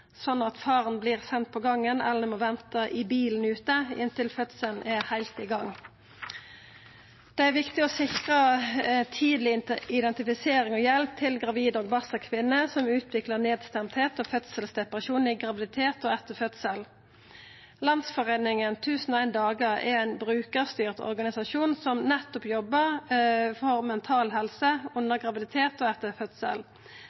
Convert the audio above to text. at faren vert send på gangen eller må venta i bilen ute inntil fødselen er heilt i gang. Det er viktig å sikra tidleg identifisering og hjelp til gravide og barselkvinner som utviklar nedstemtheit og fødselsdepresjon i graviditet og etter fødsel. Landsforeningen 1001 dager er ein brukarstyrt organisasjon som nettopp jobbar for mental helse